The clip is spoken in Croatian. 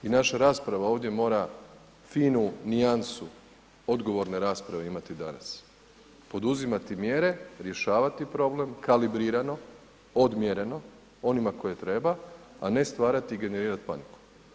I naša rasprava ovdje mora finu nijansu odgovorne rasprave imati danas, poduzimati mjere, rješavati problem kalibrirano, odmjereno onima koje treba, a ne stvarati i generirati paniku.